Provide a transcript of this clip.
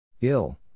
Ill